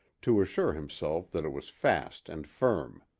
to assure himself that it was fast and firm.